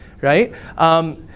right